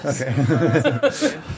Okay